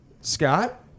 Scott